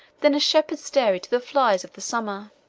than a shepherd's dairy to the flies of the summer.